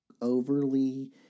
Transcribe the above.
overly